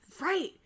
right